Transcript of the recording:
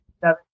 Seven